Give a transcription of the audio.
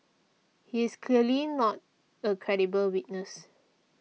he is clearly not a credible witness